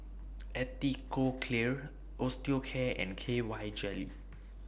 Atopiclair Osteocare and K Y Jelly